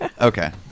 Okay